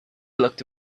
looked